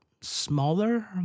smaller